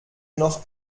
noch